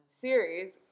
series